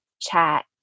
chat